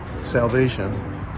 salvation